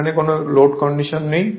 এখন এটি কোন লোড কন্ডিশন নেই